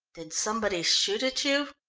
did somebody shoot at you?